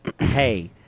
hey